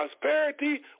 prosperity